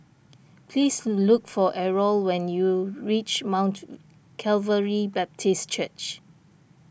please look for Errol when you reach Mount Calvary Baptist Church